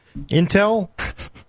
Intel